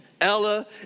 Ella